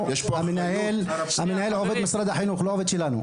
המנהל הוא עובד של משרד החינוך, לא שלנו.